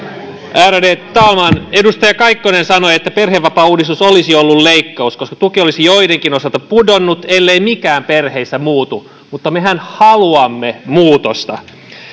ärade talman edustaja kaikkonen sanoi että perhevapaauudistus olisi ollut leikkaus koska tuki olisi joidenkin osalta pudonnut ellei mikään perheissä muutu mutta mehän haluamme muutosta